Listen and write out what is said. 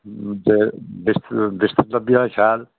ते बिस्तर बिस्तर लब्भी जाह्ग शैल